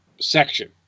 section